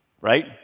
right